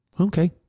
Okay